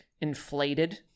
inflated